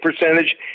percentage